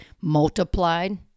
multiplied